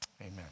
amen